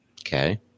Okay